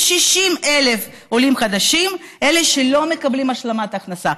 יש 60,000 עולים חדשים שלא מקבלים השלמת הכנסה.